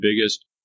biggest